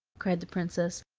cried the princess,